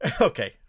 Okay